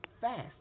fast